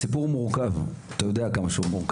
הסיפור מורכב, אתה יודע גם עד